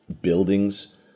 buildings